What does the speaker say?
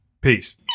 Peace